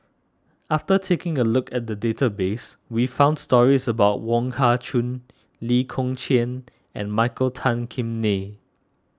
after taking a look at the database we found stories about Wong Kah Chun Lee Kong Chian and Michael Tan Kim Nei